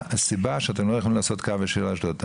מה הסיבה שאתם לא יכולים לעשות קו ישיר לאשדוד?